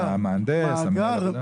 המהנדס או מנהל העבודה?